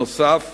נוסף